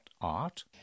art